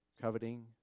coveting